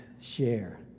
share